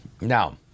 Now